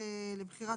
מארק,